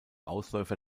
ausläufer